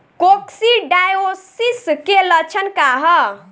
Coccidiosis के लक्षण का ह?